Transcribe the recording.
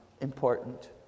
important